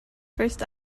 first